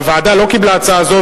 הוועדה לא קיבלה הצעה זו,